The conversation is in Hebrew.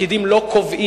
הפקידים לא קובעים.